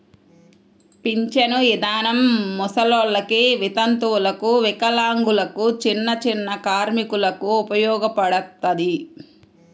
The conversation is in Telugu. పింఛను ఇదానం ముసలోల్లకి, వితంతువులకు, వికలాంగులకు, చిన్నచిన్న కార్మికులకు ఉపయోగపడతది